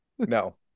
no